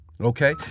Okay